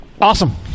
Awesome